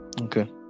okay